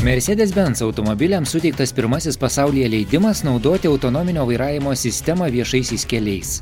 mercedes benz automobiliams suteiktas pirmasis pasaulyje leidimas naudoti autonominio vairavimo sistemą viešaisiais keliais